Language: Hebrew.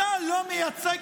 אתה לא מייצג